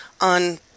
on